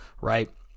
right